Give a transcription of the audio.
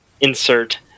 insert